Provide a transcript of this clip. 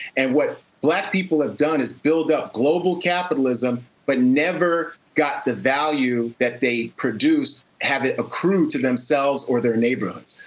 and what black people have done is build up global capitalism but never got the value that they produced, have it accrue to themselves or their neighborhoods.